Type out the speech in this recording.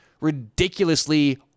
ridiculously